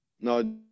No